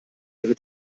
ihre